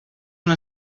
una